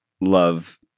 love